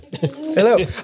hello